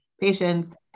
patients